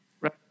Right